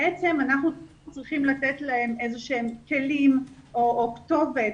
בעצם אנחנו צריכים לתת להם איזה שהם כלים או כתובת.